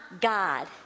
God